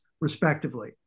respectively